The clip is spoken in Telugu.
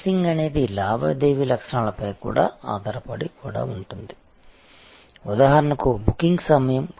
ఫెన్సింగ్ అనేది లావాదేవీ లక్షణాలపై కూడా ఆధారపడి కూడా ఉంటుంది ఉదాహరణకు బుకింగ్ సమయం